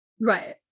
Right